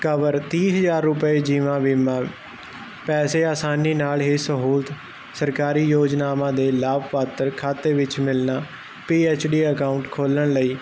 cover ਤੀਹ ਹਜ਼ਾਰ ਰੁਪਏ ਜੀਵਾ ਬੀਮਾ ਪੈਸੇ ਆਸਾਨੀ ਨਾਲ ਹੀ ਸਹੂਲਤ ਸਰਕਾਰੀ ਯੋਜਨਾਵਾਂ ਦੇ ਲਾਭਪਾਤਰ ਖਾਤੇ ਵਿੱਚ ਮਿਲਣਾ ਪੀਐਚਡੀ ਅਕਾਊਟ ਖੋਲਣ ਲਈ